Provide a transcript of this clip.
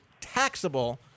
taxable